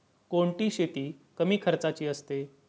कोणती शेती कमी खर्चाची असते?